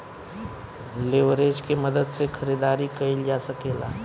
leverage के मदद से खरीदारी कईल जा सकेला